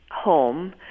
home